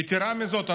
יתרה מזאת,